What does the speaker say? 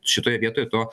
šitoje vietoj to